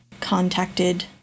contacted